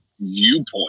viewpoint